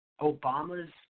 Obama's